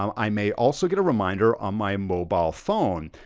um i may also get a reminder on my mobile phone.